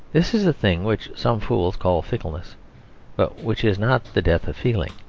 this is the thing which some fools call fickleness but which is not the death of feeling,